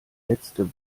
letzte